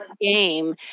game